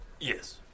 Yes